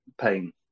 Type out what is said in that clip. pain